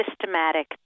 systematic